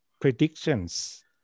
predictions